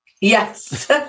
Yes